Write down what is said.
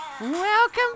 Welcome